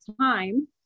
time